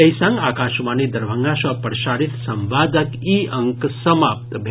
एहि संग आकाशवाणी दरभंगा सँ प्रसारित संवादक ई अंक समाप्त भेल